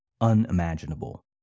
unimaginable